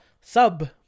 sub